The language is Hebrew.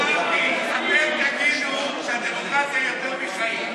אתם תגידו שהדמוקרטיה היא יותר מחיים.